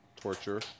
Torture